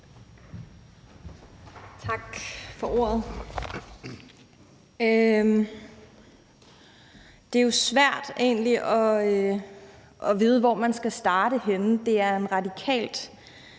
Tak for ordet. Det er jo svært egentlig at vide, hvor man skal starte